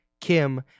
Kim